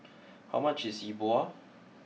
how much is E Bua